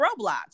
Roblox